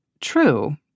True